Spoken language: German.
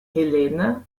helene